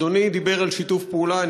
אדוני דיבר על שיתוף פעולה,